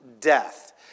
death